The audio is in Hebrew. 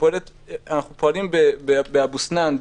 אנחנו פועלים באבו סנאן,